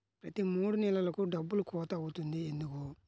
ప్రతి మూడు నెలలకు డబ్బులు కోత అవుతుంది ఎందుకు?